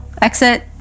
exit